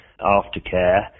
aftercare